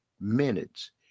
minutes